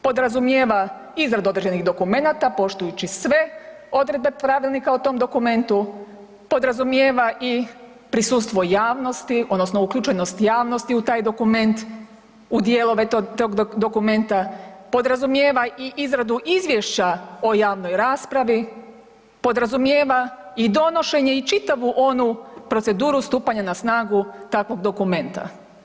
Podrazumijeva izradu određenih dokumenata poštujući sve odredbe Pravilnika o tom dokumentu, podrazumijeva i prisustvo javnosti odnosno uključenosti javnosti u taj dokument, u dijelove tog dokumenta, podrazumijeva i izradu izvješća o javnoj raspravi, podrazumijeva i donošenje i čitavu onu proceduru stupanja na snagu takvog dokumenta.